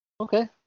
Okay